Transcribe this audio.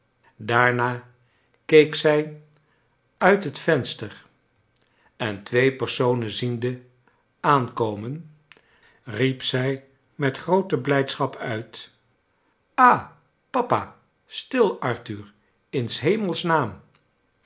daarna keek zij uit het venster en twee personen ziende aankomen riep zij met groote blijdschap uit ah papa stil arthur in